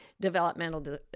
developmental